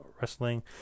wrestling